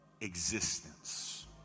existence